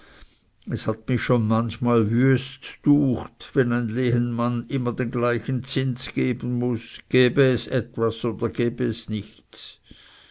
es hat mich schon manchmal wüst düecht wenn ein lehenmann immer den gleichen zins geben muß gebe es etwas oder gebe es nichts